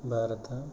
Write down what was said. Bharat